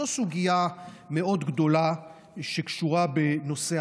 זו סוגיה מאוד גדולה שקשורה בנושא